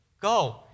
Go